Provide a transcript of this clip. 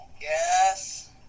yes